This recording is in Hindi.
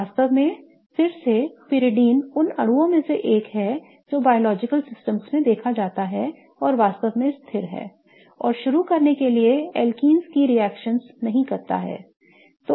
वास्तव में फिर से पाइरीडीन उन अणुओं में से एक है जो जैविक प्रणालियों में देखा जाता है और वास्तव में स्थिर है और शुरू करने के लिए alkenes की रिएक्शनओं को नहीं करता है